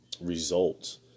results